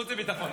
החוץ והביטחון.